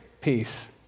peace